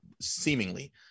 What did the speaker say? seemingly